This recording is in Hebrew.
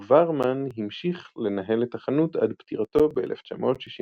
ווואהרמן המשיך לנהל את החנות עד פטירתו ב-1961.